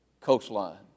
coastline